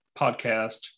podcast